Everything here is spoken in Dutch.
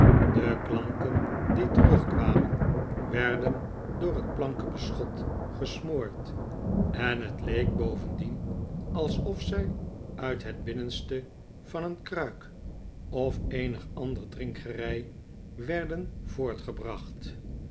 de klanken die terugkwamen werden l door het planken beschot gesmoord en het leek bovendien alsof zij uit het binnenste van een kruik of eenig ander drinkgerei werden voortgebracht